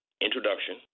introduction